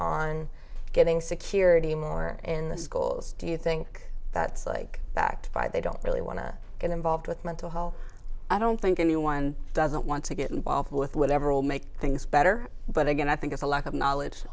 on getting security more and the schools do you think that's like backed by they don't really want to get involved with mental health i don't think anyone doesn't want to get involved with whatever will make things better but again i think it's a lack of knowledge